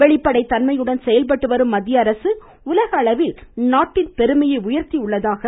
வெளிப்படைத்தன்மையுடன் செயல்பட்டு வரும் மத்திய அரசு உலக அளவில் நாட்டின் அந்தஸ்த்தை உயர்த்தியுள்ளதாக திரு